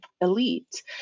elite